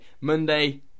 Monday